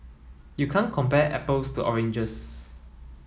you can't compare apples to oranges